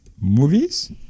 movies